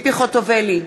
ציפי חוטובלי,